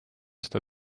seda